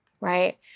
right